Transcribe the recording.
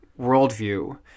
worldview